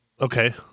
Okay